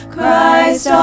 Christ